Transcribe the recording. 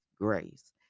grace